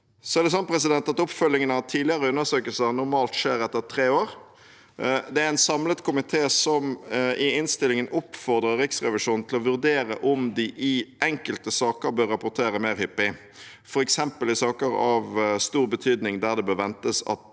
derfor kan avsluttes. Oppfølgingen av tidligere undersøkelser skjer normalt etter tre år. Det er en samlet komité som i innstillingen oppfordrer Riksrevisjonen «til å vurdere om de i enkelte saker bør rapportere mer hyppig», f.eks. i saker av stor betydning der det bør ventes at